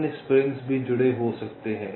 अन्य स्प्रिंग्स भी जुड़े हो सकते हैं